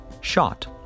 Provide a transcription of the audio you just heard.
Shot